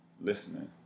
listening